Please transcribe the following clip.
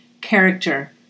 character